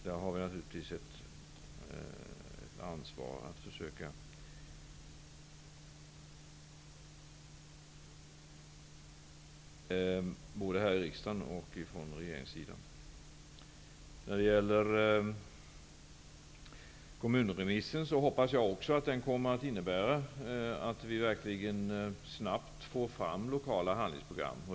Där har vi, riksdagen och regeringen, naturligtvis ett ansvar när det gäller att försöka förbättra situationen. Också jag hoppas att kommunremissen innebär att vi verkligen snabbt får fram lokala handlingsprogram.